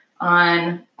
on